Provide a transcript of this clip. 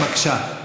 בבקשה.